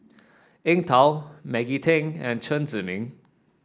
Eng Tow Maggie Teng and Chen Zhiming